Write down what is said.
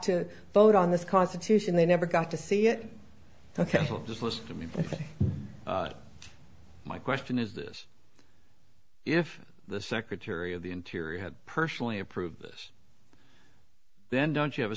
to vote on this constitution they never got to see it ok just listen to me but my question is this if the secretary of the interior had personally approved this then don't you have a